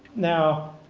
now,